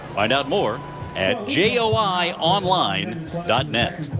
find out more at joi ah like online net.